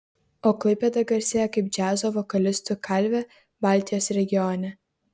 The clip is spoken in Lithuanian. o klaipėda garsėja kaip džiazo vokalistų kalvė baltijos regione